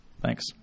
Thanks